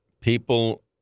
people